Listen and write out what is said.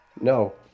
No